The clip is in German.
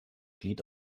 glied